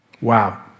Wow